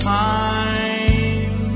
time